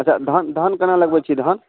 अच्छा धान धान केना लगबै छियै धान